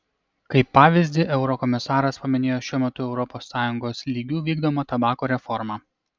kaip pavyzdį eurokomisaras paminėjo šiuo metu europos sąjungos lygiu vykdomą tabako reformą